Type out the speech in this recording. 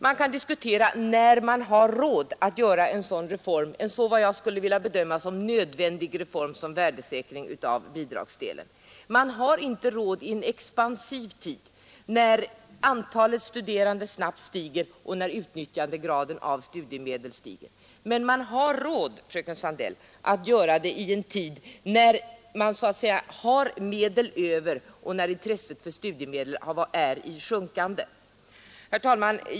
Man kan diskutera när man har råd att genomföra en, som jag skulle vilja bedöma den, så nödvändig reform som en värdesäkring av bidragsdelen. Man har inte råd i en expansiv tid, när antalet studerande Nr 122 snabbt stiger och när graden för utnyttjandet av studiemedel ökar, men Onsdagen den man har råd, fröken Sandell, att göra det i en tid när man så att säga har 22 november 1972 Pengar över och när intresset för studiemedel är i sjunkande. fe Herr talman!